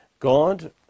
God